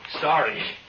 Sorry